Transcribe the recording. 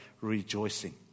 rejoicing